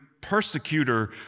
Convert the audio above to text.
persecutor